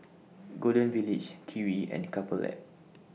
Golden Village Kiwi and Couple Lab